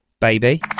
baby